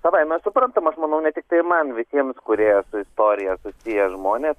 savaime suprantama aš manau ne tiktai man visiems kurie su istorija susiję žmonės